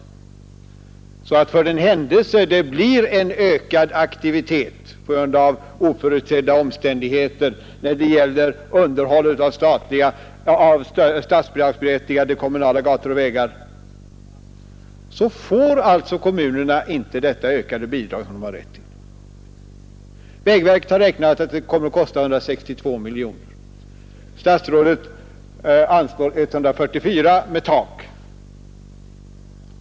För den händelse det blir en ökad aktivitet på grund av oförutsedda omständigheter när det gäller underhåll av statsbidragsberättigade kommunala gator och vägar, får alltså kommunerna inte detta ökade bidrag som de har rätt till. Vägverket har beräknat att det kommer att kosta 162 miljoner kronor. Statsrådet anslår 144 miljoner med tak.